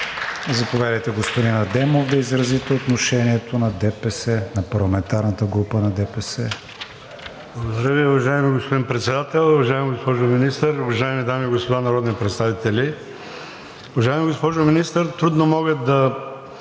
Заповядайте, господин Адемов, да изразите отношението на парламентарната група на ДПС.